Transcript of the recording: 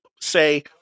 say